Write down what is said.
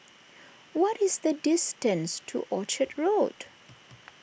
what is the distance to Orchard Road